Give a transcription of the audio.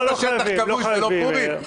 אמרת שטח כבוש זה לא פורים?